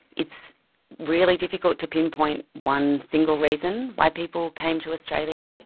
it's really difficult to pinpoint one single reason why people came to australia,